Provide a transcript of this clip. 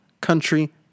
country